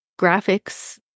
graphics